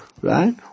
right